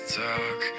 talk